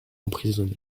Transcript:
emprisonné